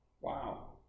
Wow